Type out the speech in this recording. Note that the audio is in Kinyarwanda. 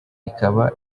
ikaba